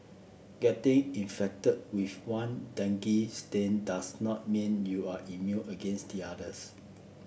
getting infected with one dengue strain does not mean you are immune against the others